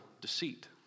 deceit